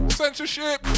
censorship